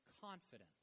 confidence